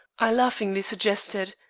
i laughingly suggested.